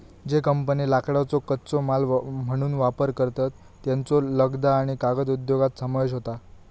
ज्ये कंपन्ये लाकडाचो कच्चो माल म्हणून वापर करतत, त्येंचो लगदा आणि कागद उद्योगात समावेश होता